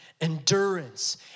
endurance